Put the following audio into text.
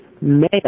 male